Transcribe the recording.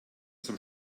zum